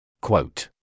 Quote